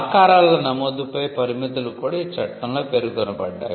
ఆకారాల నమోదుపై పరిమితులు కూడా ఈ చట్టంలో పేర్కొనబడ్డాయి